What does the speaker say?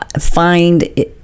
find